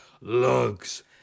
Lugs